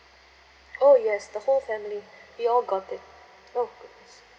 oh yes the whole family we all got it oh goodness